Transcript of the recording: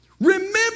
remember